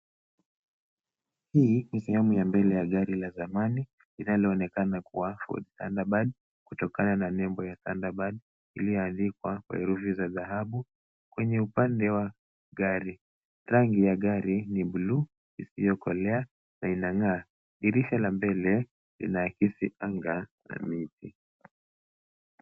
Hii ni sehemu ya mbele ya gari la zamani linaloonekana kuwa Ford Thunderbird kutokana na nembo ya Thunderbird iliyoandikwa kwa herufi za dhahabu. Kwenye upande wa gari, rangi ya gari ni bluu isiyokolea na inang'aa. Dirisha la mbele linaakisi anga na miti.